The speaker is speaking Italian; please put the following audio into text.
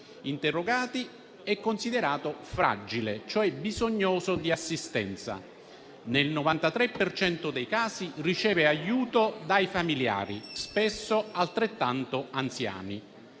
interrogati è considerato fragile, cioè bisognoso di assistenza: nel 93 per cento dei casi ricevono aiuto dai familiari, spesso altrettanto anziani,